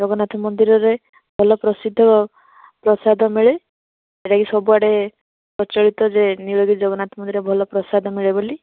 ଜଗନ୍ନାଥ ମନ୍ଦିରରେ ଭଲ ପ୍ରସିଦ୍ଧ ପ୍ରସାଦ ମିଳେ ଯେଉଁଟାକି ସବୁଆଡେ ପ୍ରଚଳିତ ଯେ ନୀଳଗିରି ଜଗନ୍ନାଥ ମନ୍ଦିର ଭଲ ପ୍ରସାଦ ମିଳେ ବୋଲି